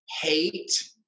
hate